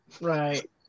Right